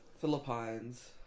philippines